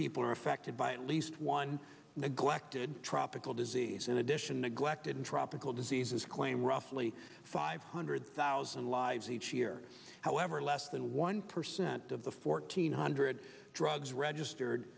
people are affected by it least one neglected tropical disease in addition neglected in tropical diseases claim roughly five hundred thousand lives each year however less than one percent of the fourteen hundred drugs registered